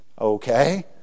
Okay